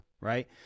right